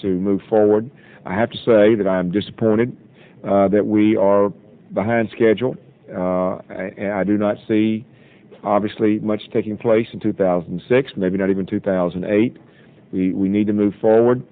to move forward i have to say that i'm disappointed that we are behind schedule and i do not see obviously much taking place in two thousand and six maybe not even two thousand and eight we need to move